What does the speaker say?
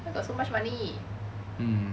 where got so much money